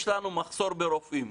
יש לנו מחסור ברופאים,